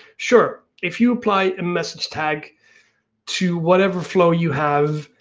sure, if you apply a message tag to whatever flow you have,